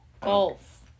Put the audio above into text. Golf